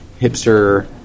hipster